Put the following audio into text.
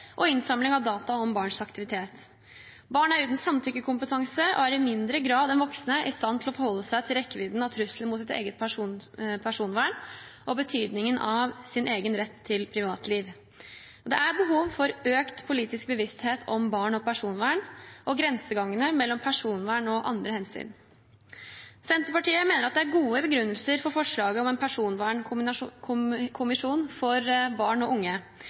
og innsamling av data om barns aktivitet. Barn er uten samtykkekompetanse og i mindre grad enn voksne i stand til å forholde seg til rekkevidden av trusler mot sitt eget personvern og betydningen av egen rett til privatliv. Det er behov for økt politisk bevissthet om barn og personvern og grensegangene mellom personvern og andre hensyn. Senterpartiet mener det er gode begrunnelser for forslaget om en personvernkommisjon for barn og unge,